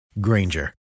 Granger